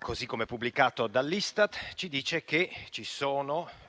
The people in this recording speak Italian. così come pubblicato dall'Istat, ci dice che per